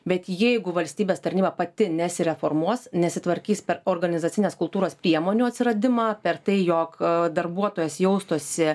bet jeigu valstybės tarnyba pati nesireformuos nesitvarkys per organizacinės kultūros priemonių atsiradimą per tai jog darbuotojas jaustųsi